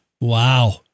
Wow